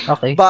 Okay